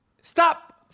Stop